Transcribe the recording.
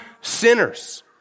sinners